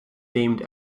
named